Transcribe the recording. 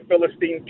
philistine